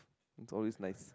it's always nice